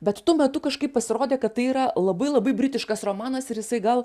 bet tuo metu kažkaip pasirodė kad tai yra labai labai britiškas romanas ir jisai gal